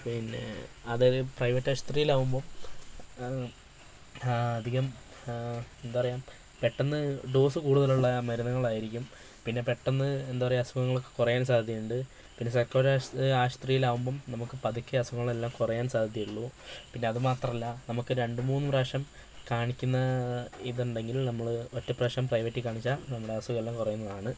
പിന്നെ അതൊരു പ്രൈവറ്റ് ആശുപത്രിയിലാവുമ്പോൾ അധികം എന്താ പറയുക പെട്ടന്ന് ഡോസ് കൂടുതലുള്ള മരുന്നുകളായിരിക്കും പിന്നെ പെട്ടന്ന് എന്താ പറയുക അസുഖങ്ങളൊക്കെ കുറയാൻ സാധ്യതയുണ്ട് പിന്നെ സർക്കാർ ആശുപത്രിലാവുമ്പം നമുക്ക് പതുക്കെ അസുഖങ്ങൾ എല്ലാം കുറയാൻ സാധ്യതയുള്ളു പിന്നെ അതു മാത്രമല്ല നമുക്ക് രണ്ട് മൂന്ന് പ്രാവശ്യം കാണിക്കുന്ന ഇതുണ്ടെങ്കിൽ നമ്മൾ ഒറ്റ പ്രാവശ്യം പ്രൈവറ്റിൽ കാണിച്ചാൽ നമ്മുടെ അസുഖം എല്ലം കുറയുന്നതാണ്